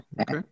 Okay